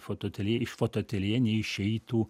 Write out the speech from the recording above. fotoateljė iš fotoateljė neišeitų